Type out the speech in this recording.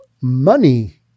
Money